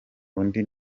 undi